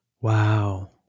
Wow